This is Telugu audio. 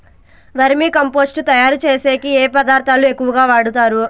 వర్మి కంపోస్టు తయారుచేసేకి ఏ పదార్థాలు ఎక్కువగా వాడుతారు